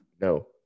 No